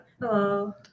Hello